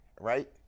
right